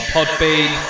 Podbean